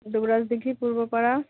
Dubrajdighi Purbapara